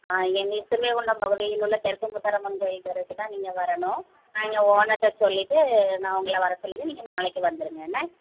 ஆ எங்களுக்கு ஸ்ரீவைகுண்டம் பகுதியில் உள்ள தெற்கு முத்தாரம்மன் கோயில் தெருவுக்குதான் நீங்கள் வரணும் நான் எங்கள் ஓனர்கிட்ட சொல்லிவிட்டு நான் உங்களை வர சொல்லிடறேன் நீங்கள் நாளைக்கு வந்துடுங்க என்ன